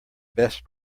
best